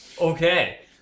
okay